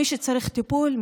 מי שצריך טיפול,